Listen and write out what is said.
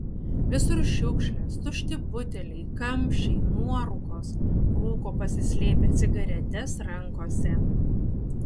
visur šiukšlės tušti buteliai kamščiai nuorūkos rūko pasislėpę cigaretes rankose